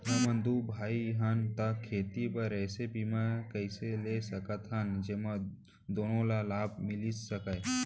हमन दू भाई हन ता खेती बर ऐसे बीमा कइसे ले सकत हन जेमा दूनो ला लाभ मिलिस सकए?